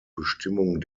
bestimmung